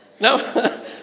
No